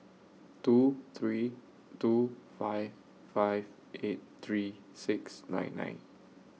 two three two five five eight three six nine nine